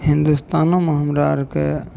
हिन्दुस्तानोमे हमरा आरके